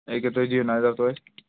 أکہِ تُہۍ دِیِو نَظر توتہِ